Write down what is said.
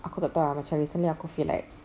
aku tak tahu ah macam recently aku feel like